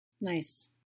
Nice